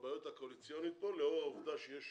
בבעיות הקואליציוניות לאור העובדה שיש